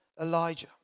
Elijah